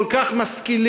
כל כך משכילים,